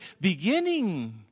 beginning